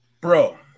Bro